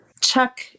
Chuck